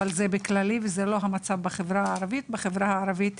זה דבר שנוגע לחברה הכללית,